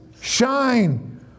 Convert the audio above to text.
shine